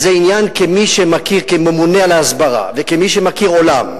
זה עניין, כמי שממונה על ההסברה, וכמי שמכיר עולם,